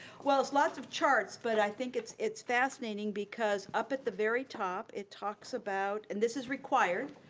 well it's lots of charts, but i think it's it's fascinating because up at the very top, it talks about and this is required,